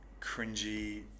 cringy